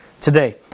today